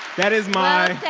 that is my.